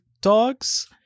dogs